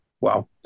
wow